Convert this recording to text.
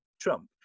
Trump